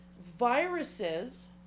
viruses